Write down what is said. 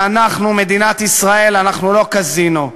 ואנחנו, מדינת ישראל, אנחנו לא קזינו.